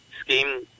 scheme